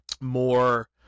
more